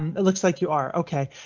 and it looks like you are ok.